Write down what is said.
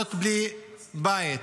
שנשארות בלי בית.